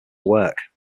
work